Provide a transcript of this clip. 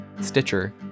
Stitcher